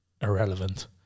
irrelevant